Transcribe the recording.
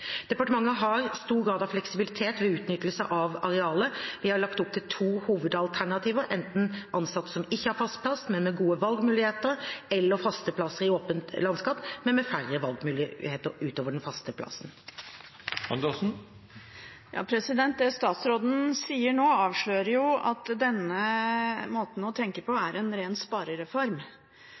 har stor grad av fleksibilitet ved utnyttelsen av arealet. Vi har lagt opp til to hovedalternativer – enten at den ansatte ikke har fast plass, men har gode valgmuligheter, eller at ansatte har faste plasser i åpent kontorlandskap, men med færre valgmuligheter utover den faste plassen. Det statsråden sier nå, avslører jo at denne måten å tenke på er en ren sparereform.